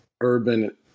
urban